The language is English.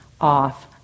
off